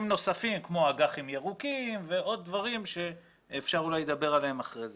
נוספים כמו אג"חים ירוקים ועוד דברים שאפשר אולי לדבר עליהם אחרי זה.